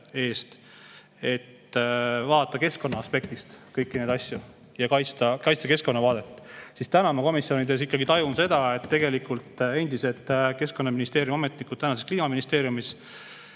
et vaadata keskkonnaaspektist kõiki neid asju ja kaitsta keskkonnavaadet. Täna ma komisjonides tajun seda, et endised Keskkonnaministeeriumi ametnikud tänases Kliimaministeeriumis